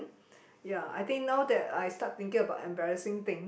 ya I think now that I start thinking about embarrassing thing